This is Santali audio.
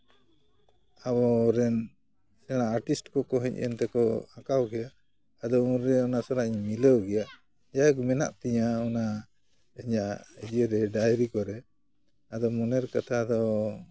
ᱟᱵᱚ ᱨᱮᱱ ᱥᱮᱬᱟ ᱟᱴᱤᱥᱴ ᱠᱚᱠᱚ ᱦᱚᱡ ᱮᱱ ᱛᱮᱠᱚ ᱟᱸᱠᱟᱣ ᱠᱮᱫᱟ ᱟᱫᱚ ᱩᱱᱨᱮ ᱱᱟᱥᱮᱱᱟᱜ ᱤᱧ ᱢᱤᱞᱟᱹᱣ ᱜᱮᱭᱟ ᱡᱟᱭᱦᱳᱠ ᱢᱮᱱᱟᱜ ᱛᱤᱧᱟᱹ ᱚᱱᱟ ᱤᱧᱟᱹᱜ ᱤᱭᱟᱹᱨᱮ ᱰᱟᱭᱨᱤ ᱠᱚᱨᱮ ᱟᱫᱚ ᱢᱚᱱᱮᱨ ᱠᱟᱛᱷᱟ ᱫᱚ